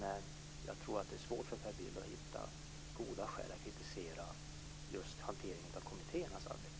Men jag tror att det är svårt för Per Bill att hitta goda skäl att kritisera just hanteringen av kommittéernas arbete.